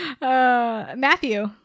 Matthew